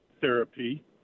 therapy